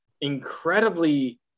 incredibly